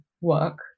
work